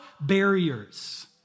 barriers